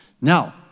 Now